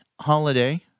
holiday